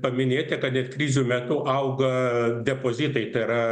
paminėti kad net krizių metu auga depozitai per